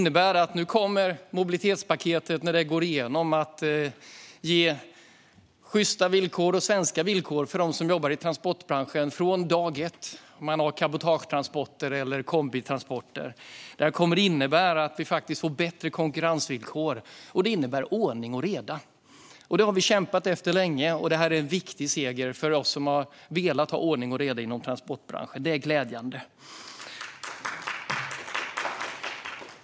När mobilitetspaketet går igenom kommer det att ge sjysta svenska villkor från dag ett för dem som jobbar i transportbranschen och har cabotagetransporter eller kombitransporter. Det kommer att innebära att vi får bättre konkurrensvillkor och ordning och reda. Detta har vi kämpat för länge, och det är en viktig seger för oss som har velat ha ordning och reda inom transportbranschen. Det är glädjande.